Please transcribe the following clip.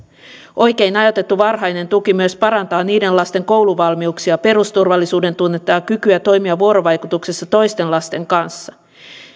oikein ajoitettu varhainen tuki myös parantaa niiden lasten kouluvalmiuksia perusturvallisuuden tunnetta ja kykyä toimia vuorovaikutuksessa toisten lasten kanssa